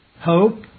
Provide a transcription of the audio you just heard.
hope